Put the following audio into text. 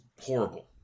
horrible